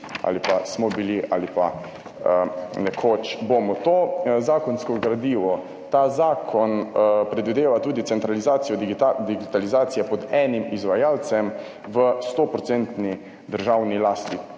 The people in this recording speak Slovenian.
ali pa smo bili ali pa nekoč bomo. To zakonsko gradivo, ta zakon predvideva tudi centralizacijo digitalizacije pod enim izvajalcem v sto procentni državni lasti.